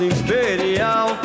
Imperial